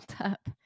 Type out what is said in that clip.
up